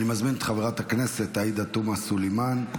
אני מזמין את חברת הכנסת עאידה תומא סלימאן.